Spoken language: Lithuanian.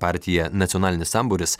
partija nacionalinis sambūris